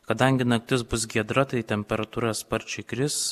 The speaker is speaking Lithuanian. kadangi naktis bus giedra tai temperatūra sparčiai kris